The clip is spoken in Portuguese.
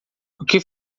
que